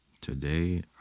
today